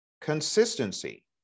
Consistency